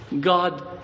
God